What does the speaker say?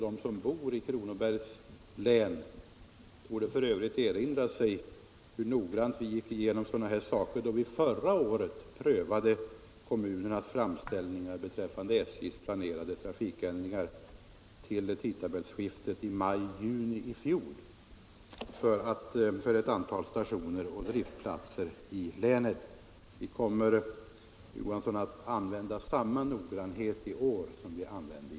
De som bor i Kronobergs län borde f. ö. erinra sig hur noggrant vi gick igenom sådana här saker, då vi förra året prövade kommunernas framställningar beträffande SJ:s planerade trafikändringar för ett antal stationer och driftplatser i länet inför tidtabellsskiftet i maj-juni i fjol. Vi kommer, fru Johansson, att vara lika noggranna i år som vi var i fjol.